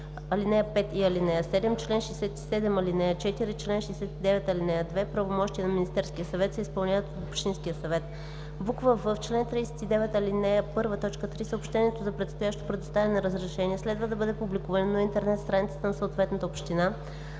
ал. 5 и ал. 7; чл. 67, ал. 4; чл. 69, ал. 2 правомощия на Министерския съвет се изпълняват от Общинския съвет; в) в чл. 39, ал. 1, т. 3 съобщението за предстоящо предоставяне на разрешение следва да бъде публикувано на интернет страницата на съответната община,